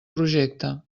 projecte